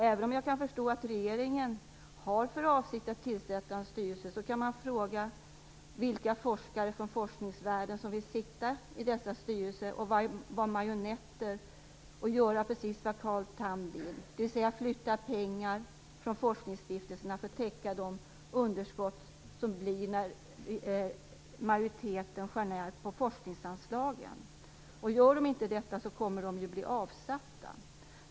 Även om jag kan förstå att regeringen har för avsikt att tillsätta en styrelse, kan man fråga vilka forskare från forskningsvärlden som vill sitta i dessa styrelser och vara marionetter och göra precis vad Carl Tham vill, dvs. flytta pengar från forskningsstiftelserna för att täcka de underskott som blir när majoriteten skär ned på forskningsanslagen. Om de inte gör detta kommer de ju att bli avsatta.